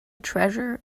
treasure